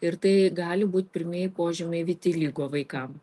ir tai gali būt pirmieji požymiai vitiligo vaikam